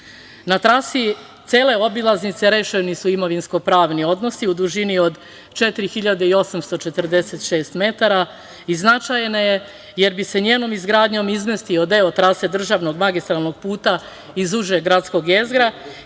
na trasi cele obilaznice rešeni su imovinsko-pravni odnosi u dužini od 4.846 metara i značajna je jer bi se njenom izgradnjom izmestio deo trase državnog magistralnog puta iz užeg gradskog jezgra